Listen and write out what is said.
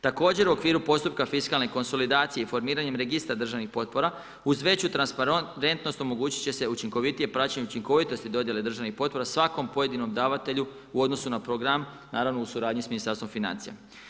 Također u okviru postupka fiskalne konsolidacije i formiranjem registra državnih potpora uz veću transparentnost omogućit će se učinkovitije praćenje učinkovitosti dodjele državnih potpora svakom pojedinom davatelju u odnosu na program, naravno u suradnji sa Ministarstvom financija.